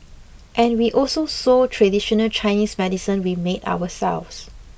and we also sold traditional Chinese medicine we made ourselves